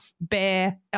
BEAR